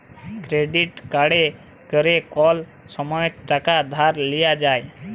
credit কাড়ে ক্যরে কল সময়তে টাকা ধার লিয়া যায়